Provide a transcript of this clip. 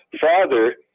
father